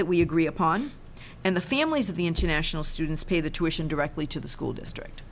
that we agree upon and the families of the international students pay the tuition directly to the school district